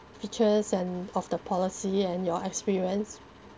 features and of the policy and your experience